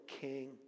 king